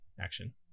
action